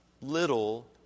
little